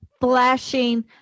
flashing